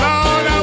Lord